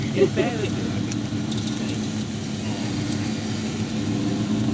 invariably, i think the people who say that are, perhaps, a little bit older.